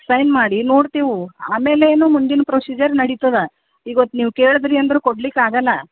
sign ಮಾಡಿ ನೋಡ್ತಿವು ಆಮೇಲೇನು ಮುಂದಿನ ಪ್ರೊಸೀಜರ್ ನಡೀತದ ಇವತ್ತು ನೀವು ಕೇಳಿದ್ರಿ ಅಂದರು ಕೊಡಲಿಕ್ಕಾಗಲ್ಲ